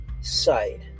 side